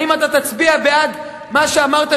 האם אתה תצביע בעד מה שאמרת,